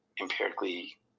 empirically